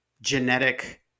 genetic